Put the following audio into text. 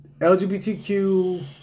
LGBTQ